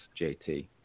JT